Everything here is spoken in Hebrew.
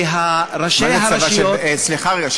וראשי הרשויות, סליחה רגע.